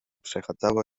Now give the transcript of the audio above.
przechadzało